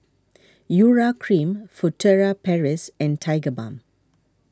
Urea Cream Furtere Paris and Tigerbalm